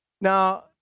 Now